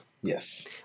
Yes